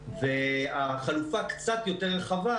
החלופה הקצת יותר רחבה,